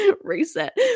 reset